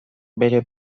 bere